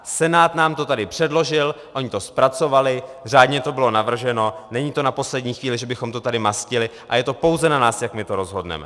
Senát nám to tady předložil, oni to zpracovali, řádně to bylo navrženo, není to na poslední chvíli, že bychom to tady mastili, a je to pouze nás, jak my to rozhodneme.